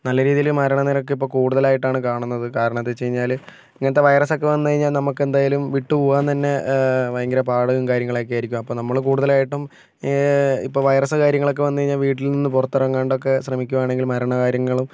നല്ലരീതിയിൽ മരണനിരക്കിപ്പോൾ കൂടുതലായിട്ടാണ് കാണുന്നത് കാരണമെന്താ വെച്ചു കഴിഞ്ഞാൽ ഇങ്ങനത്തെ വയറസ്സൊക്കെ വന്ന് കഴിഞ്ഞാൽ നമുക്കെന്തായാലും വിട്ട് പോകാൻ തന്നെ ഭയങ്കര പാടും കാര്യങ്ങളൊക്കെ ആയിരിക്കും അപ്പോൾ നമ്മൾ കൂടുതലായിട്ടും ഇപ്പോൾ വൈറസ് കാര്യങ്ങളൊക്കെ വന്ന് കഴിഞ്ഞാൽ വീട്ടിൽനിന്ന് പുറത്തിറങ്ങാണ്ടൊക്കെ ശ്രമിക്കുകയാണെങ്കിൽ മരണകാര്യങ്ങളും